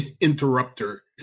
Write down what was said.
interrupter